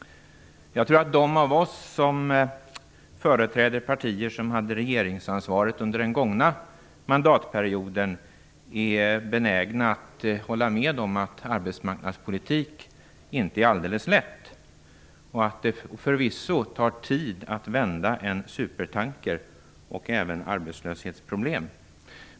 Jag tror att de av oss som företräder partier som hade regeringsansvaret under den gångna mandatperioden är benägna att hålla med om att arbetsmarknadspolitik inte är alldeles lätt och att det förvisso tar tid att vända både på en supertanker och på arbetslöshetsproblem.